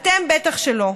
אתם בטח שלא.